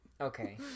Okay